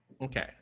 Okay